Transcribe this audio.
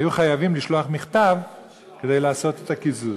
היו חייבים לשלוח מכתב כדי לעשות את הקיזוז.